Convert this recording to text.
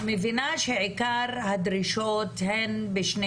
אנחנו נעים כיום בין שלושה משרדים שונים,